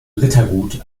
rittergut